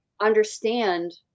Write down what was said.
understand